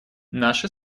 наши